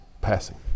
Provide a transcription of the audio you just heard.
passing